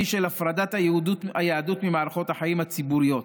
של הפרדת היהדות ממערכות החיים הציבוריות,